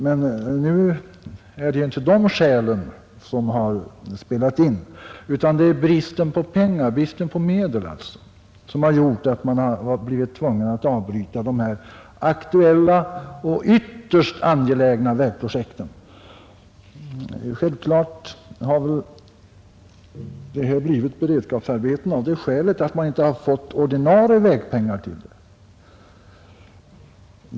Men nu är det inte dessa skäl som har spelat in, utan det är bristen på medel som har gjort att man har blivit tvungen att avbryta de aktuella och ytterst angelägna vägprojekten. Självklart har dessa arbeten blivit beredskapsarbeten av det skälet att man inte har fått ordinarie vägpengar till dem.